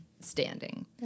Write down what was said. standing